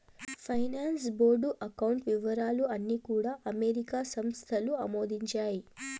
finance board account వివరాలు అన్నీ కూడా అమెరికా సంస్థలు ఆమోదించాయి